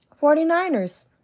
49ers